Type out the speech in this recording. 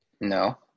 No